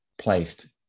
placed